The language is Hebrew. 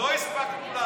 לא הספקנו.